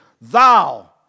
thou